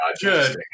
good